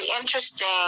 interesting